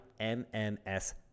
MMS